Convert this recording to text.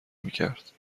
میکرد